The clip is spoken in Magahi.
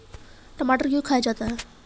टमाटर क्यों खाया जाता है?